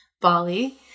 Bali